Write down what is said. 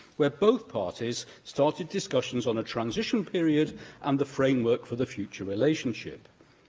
where both parties started discussions on a transition period and the framework for the future relationship.